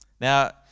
Now